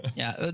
yeah.